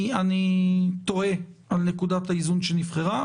אני תוהה על נקודת האיזון שנבחרה,